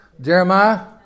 Jeremiah